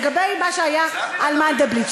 לגבי מה שהיה על מנדלבליט,